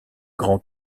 grands